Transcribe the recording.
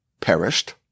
perished